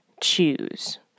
choose